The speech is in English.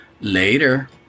Later